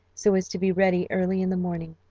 so as to be ready early in the morning,